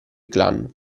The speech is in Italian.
clan